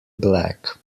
black